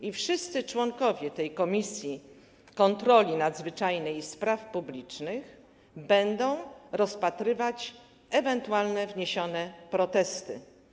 I wszyscy członkowie tej Izby Kontroli Nadzwyczajnej i Spraw Publicznych będą rozpatrywać ewentualne wniesione protesty.